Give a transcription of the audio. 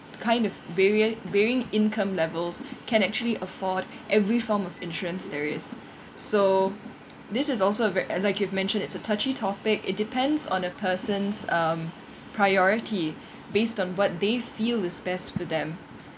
kind of varyi~ varying income levels can actually afford every form of insurance there is so this is also a ver~ uh like you've mentioned it's a touchy topic it depends on a person's um priority based on what they feel is best for them